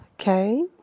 Okay